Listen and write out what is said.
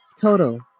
total